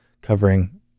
covering